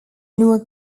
newer